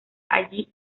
allí